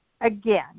again